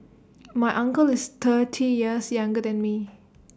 my uncle is thirty years younger than me